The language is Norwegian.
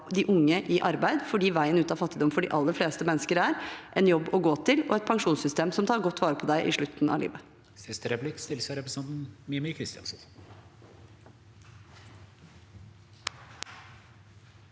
de unge i arbeid, for veien ut av fattigdom for de aller fleste mennesker er en jobb å gå til og et pensjonssystem som tar godt vare på dem i slutten av livet.